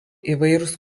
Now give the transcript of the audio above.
įvairūs